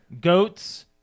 Goats